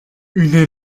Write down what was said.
una